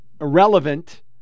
irrelevant